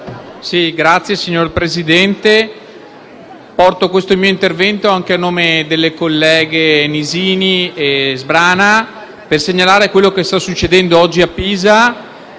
Signor Presidente, svolgo il mio intervento anche a nome delle colleghe Nisini e Sbrana per segnalare quello che sta succedendo oggi a Pisa: